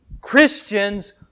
Christians